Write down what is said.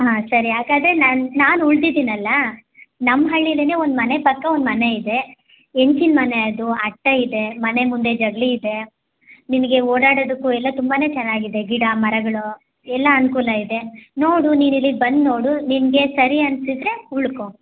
ಹಾಂ ಸರಿ ಹಾಗಾದ್ರೆ ನನ್ನ ನಾನು ಉಳಿದಿದ್ದೀನಲ್ಲ ನಮ್ಮ ಹಳ್ಳಿಲ್ಲೇನೇ ಒಂದು ಮನೆ ಪಕ್ಕ ಒಂದು ಮನೆ ಇದೆ ಹೆಂಚಿನ ಮನೆ ಅದು ಅಟ್ಟ ಇದೆ ಮನೆ ಮುಂದೆ ಜಗಲಿ ಇದೇ ನಿನಗೆ ಓಡಾಡೋದುಕ್ಕೂ ಎಲ್ಲ ತುಂಬಾ ಚೆನ್ನಾಗಿದೆ ಗಿಡ ಮರಗಳೂ ಎಲ್ಲ ಅನುಕೂಲ ಇದೆ ನೋಡು ನೀನು ಇಲ್ಲಿಗೆ ಬಂದು ನೋಡು ನಿನಗೆ ಸರಿ ಅನಿಸಿದ್ರೆ ಉಳ್ಕೊ